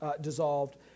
dissolved